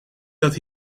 dat